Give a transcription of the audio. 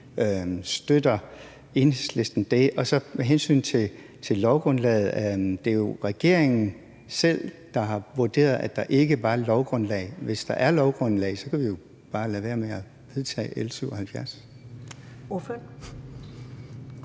Støtter Enhedslisten det? Og med hensyn til lovgrundlaget vil jeg sige, at det jo er regeringen selv, der har vurderet, at der ikke var lovgrundlag. Hvis der er lovgrundlag, kan vi jo bare lade være med at vedtage L 77.